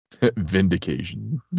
Vindication